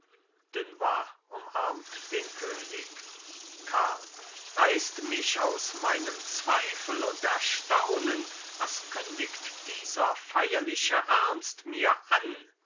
dunois umarmt den könig karl reißt mich aus meinem zweifel und erstaunen was kündigt dieser feierliche ernst mir an